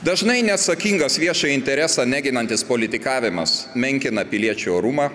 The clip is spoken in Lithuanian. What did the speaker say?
dažnai neatsakingas viešąjį interesą neginantis politikavimas menkina piliečių orumą